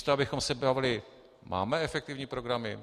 Místo abychom se bavili: Máme efektivní programy?